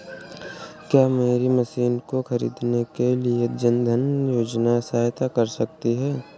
क्या मेरी मशीन को ख़रीदने के लिए जन धन योजना सहायता कर सकती है?